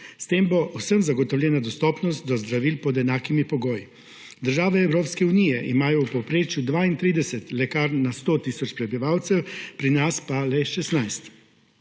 S tem bo vsem zagotovljena dostopnost do zdravil pod enakimi pogoji. Države Evropske unije imajo v povprečju 32 lekarn na 100 tisoč prebivalcev, pri nas pa le 16.